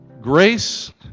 Grace